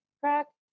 correct